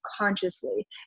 consciously